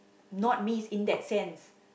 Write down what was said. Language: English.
not me is in that sense